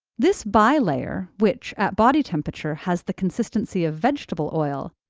this bilayer, which at body temperature has the consistency of vegetable oil,